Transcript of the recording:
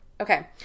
Okay